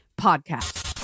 Podcast